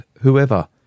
whoever